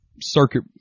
circuit